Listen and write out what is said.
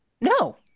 no